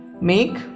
make